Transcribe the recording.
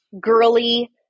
girly